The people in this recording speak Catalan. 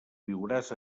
viuràs